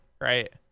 Right